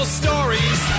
stories